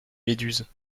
méduses